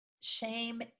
Shame